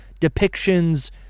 depictions